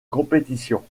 compétition